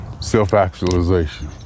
Self-actualization